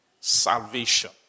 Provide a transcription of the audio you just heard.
Salvation